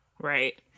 right